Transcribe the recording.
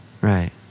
Right